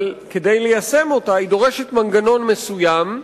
אבל כדי ליישם אותה היא דורשת מנגנון מסוים,